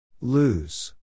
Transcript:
Lose